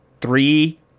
three